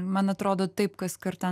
man atrodo taip kas kart ten